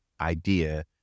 idea